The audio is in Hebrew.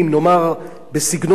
בסגנון דודו טופז,